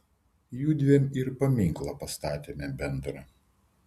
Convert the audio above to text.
jiedviem ir paminklą pastatėme bendrą